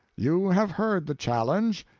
you have heard the challenge.